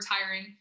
retiring